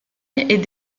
est